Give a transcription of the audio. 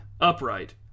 upright